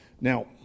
Now